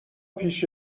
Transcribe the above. پیش